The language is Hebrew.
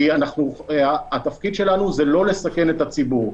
כי התפקיד שלנו זה לא לסכן את הציבור,